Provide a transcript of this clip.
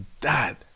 Dad